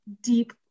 deep